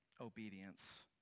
obedience